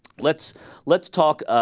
let's let's talk ah.